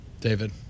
David